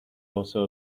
also